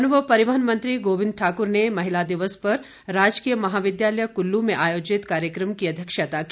one व परिवहन मंत्री गोविंद ठाकुर ने महिला दिवस पर राजकीय महाविद्यालय कुल्लू में आयोजित कार्यक्रम की अध्यक्षता की